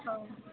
ହଉ